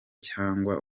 cyangwa